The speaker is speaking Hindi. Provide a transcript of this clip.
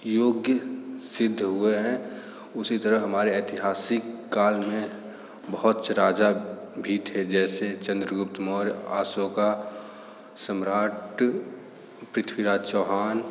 योग्य सिद्ध हुए हैं उसी तरह हमारे ऐतिहासिक काल में बहुत से राजा भी थे जैसे चंद्रगुप्त मौर्य अशोक सम्राट पृथ्वीराज चौहान